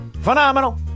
Phenomenal